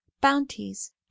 bounties